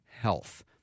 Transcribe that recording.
health